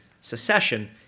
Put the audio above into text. Secession